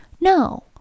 No